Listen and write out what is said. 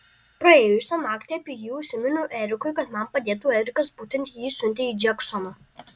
praėjusią naktį apie jį užsiminiau erikui kad man padėtų erikas būtent jį siuntė į džeksoną